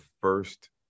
first